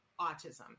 autism